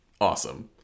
Awesome